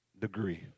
degree